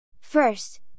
First